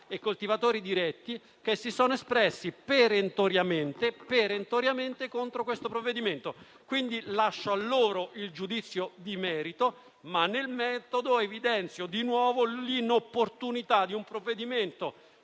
e Coltivatori diretti, che si sono espressi perentoriamente contro questo provvedimento. Lascio a loro il giudizio di merito, ma nel metodo evidenzio di nuovo l'inopportunità di un provvedimento